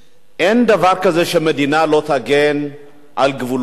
אין דבר כזה שמדינה לא תגן על גבולותיה,